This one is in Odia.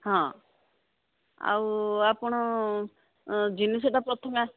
ହଁ ଆଉ ଆପଣ ଜିନିଷଟା ପ୍ରଥମେ